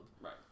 Right